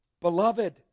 Beloved